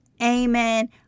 Amen